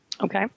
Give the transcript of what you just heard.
Okay